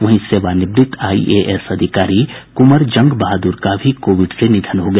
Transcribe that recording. वहीं सेवा निवृत्त आईएएस अधिकारी कुंवर जंग बहादुर का भी कोविड से निधन हो गया